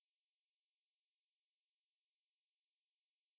!wah! you know how to do computer meh computer savvy